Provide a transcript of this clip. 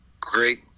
great